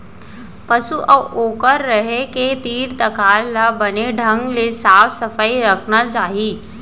पसु अउ ओकर रहें के तीर तखार ल बने ढंग ले साफ सफई रखना चाही